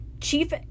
Chief